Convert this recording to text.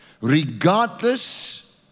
Regardless